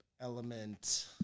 Element